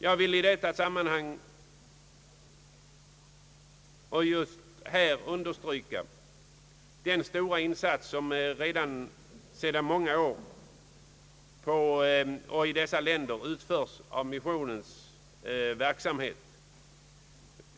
Jag vill i detta sammanhang och just här understryka betydelsen av den stora insats, som sedan många år har utförts i dessa länder av missionen